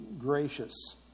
gracious